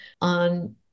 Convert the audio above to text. on